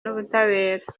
n’ubutabera